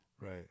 Right